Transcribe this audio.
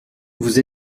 vous